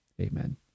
Amen